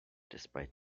despite